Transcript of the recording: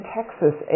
Texas